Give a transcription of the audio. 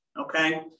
okay